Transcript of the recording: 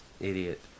idiot